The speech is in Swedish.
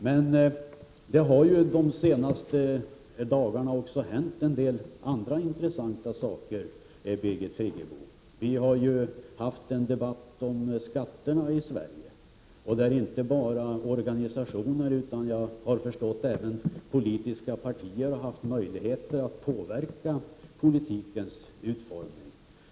Men det har ju de senaste dagarna också hänt en del andra intressanta saker, Birgit Friggebo. Vi har haft en debatt om skatterna i Sverige, där inte bara organisationer utan såvitt jag förstått även politiska partier har haft möjlighet att påverka politikens utformning.